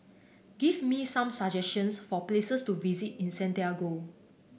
give me some suggestions for places to visit in Santiago